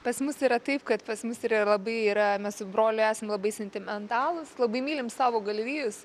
pas mus yra taip kad pas mus yra labai yra mes su broliu esam labai sentimentalūs labai mylim savo galvijus